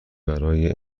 برای